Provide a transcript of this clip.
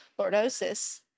lordosis